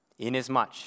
Inasmuch